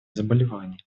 заболевания